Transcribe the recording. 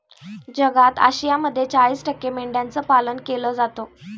जगात आशियामध्ये चाळीस टक्के मेंढ्यांचं पालन केलं जातं